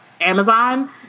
amazon